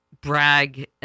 brag